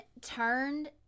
turned